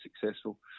successful